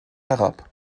herab